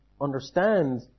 understand